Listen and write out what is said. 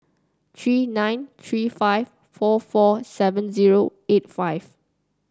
three nine three five four four seven zero eight five